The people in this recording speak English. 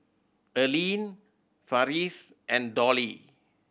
Allene Farris and Dollie